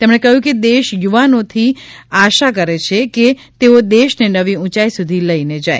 તેમણે કહ્યું કે દેશ યુવાનોથી આશા કરે છે કે તેઓ દેશને નવી ઊંચાઇ સુધી લઇને જાય